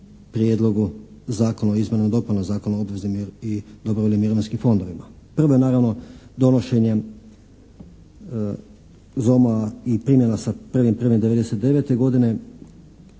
Prijedlogu zakona o izmjenama i dopunama Zakona o obveznim i dobrovoljnim mirovinskim fondovima. Prvo je naravno donošenjem ZOM-a i primjena sa 1.1.99. godine